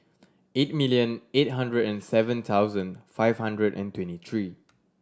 eight million eight hundred and seven thousand five hundred and twenty three